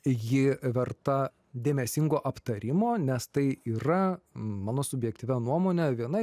ji verta dėmesingo aptarimo nes tai yra mano subjektyvia nuomone viena